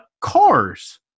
Cars